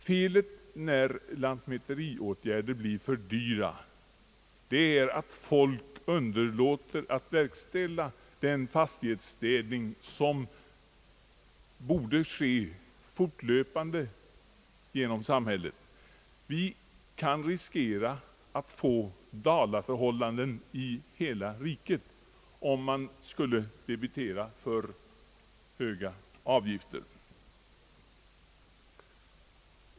Följden av att lantmäteriåtgärder blir för dyra är att folk underlåter att verkställa den fastighetsdelning som borde ske fortlöpande inom samhället. Vi kan riskera att få Dalaförhållanden i hela riket, om vi skulle debitera för höga avgifter.